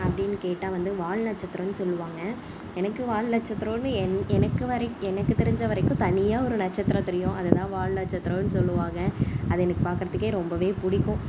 அப்படின்னு கேட்டால் வந்து வால்நட்சத்திரம்னு சொல்வாங்க எனக்கு வால்நட்சத்திரம்னு எனக்கு எனக்கு தெரிஞ்ச வரைக்கும் தனியாக ஒரு நட்சத்திரம் தெரியும் அதுதான் வால்நட்சத்திரம்னு சொல்வாங்க அது எனக்கு பாக்கிறதுக்கே ரொம்ப பிடிக்கும்